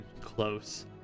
close